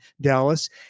Dallas